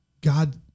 God